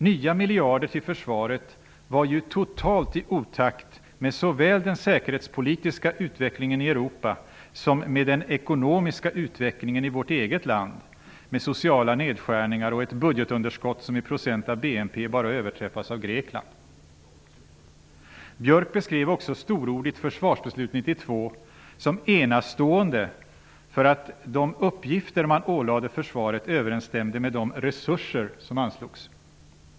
Nya miljarder till försvaret var ju totalt i otakt med såväl den säkerhetspolitiska utvecklingen i Europa som den ekonomiska utvecklingen i vårt eget land, dvs. sociala nedskärningar och ett budgetunderskott som i procent av BNP bara överträffas av Björck beskrev också storordigt 1992 års försvarsbeslut som enastående för att de uppgifter man ålade försvaret överensstämde med de resurser som anslogs.